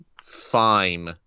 fine